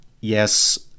Yes